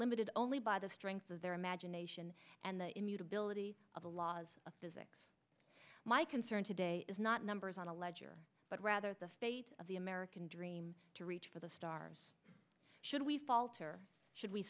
limited only by the strength of their imagination and the immutability of the laws of physics my concern today is not numbers on a ledger but rather the fate of the american dream to reach for the stars should we falter should we